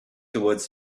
towards